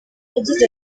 yagize